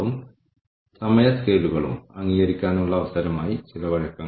തുടർന്ന് ഇത് ഉപയോക്തൃ സൌഹൃദമാണോ അല്ലയോ എന്തെങ്കിലും തകരാറുകൾ പരിഹരിച്ചോ ഇല്ലയോ എന്ന് നോക്കുക